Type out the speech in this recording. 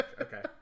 Okay